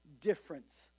difference